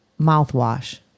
Mouthwash